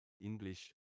English